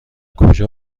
کجا